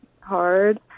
hard